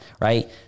right